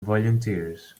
volunteers